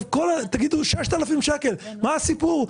תגידו: 6,000 שקל מה הסיפור?